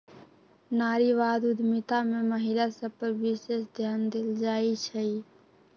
नारीवाद उद्यमिता में महिला सभ पर विशेष ध्यान देल जाइ छइ